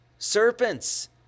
Serpents